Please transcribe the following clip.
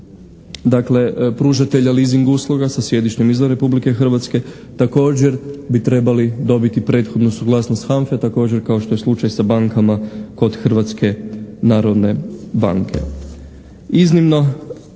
dakle pružatelja leasing usluga sa sjedištem izvan Republike Hrvatske također bi trebali dobiti prethodnu suglasnost HANFI-e također kao što je slučaj sa bankama kod Hrvatske narodne banke.